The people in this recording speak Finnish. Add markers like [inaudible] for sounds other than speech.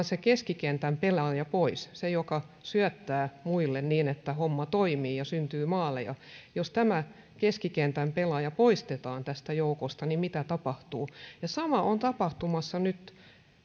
[unintelligible] se keskikentän pelaaja pois se joka syöttää muille niin että homma toimii ja syntyy maaleja jos tämä keskikentän pelaaja poistetaan tästä joukosta niin mitä tapahtuu sama on tapahtumassa nyt